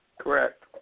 Correct